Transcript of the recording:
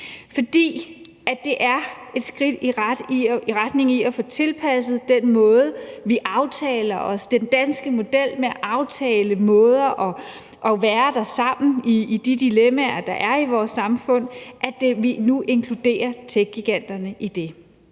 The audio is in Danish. For det er et skridt i retning af at få tilpasset den måde, vi aftaler på – og også i den danske model i forhold til at aftale måder at være der sammen i de dilemmaer, der er i vores samfund – at vi nu inkluderer techgiganterne i det.